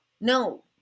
No